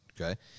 okay